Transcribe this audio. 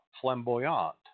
Flamboyant